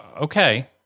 okay